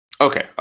Okay